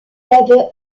avait